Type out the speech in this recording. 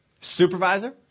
supervisor